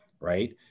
right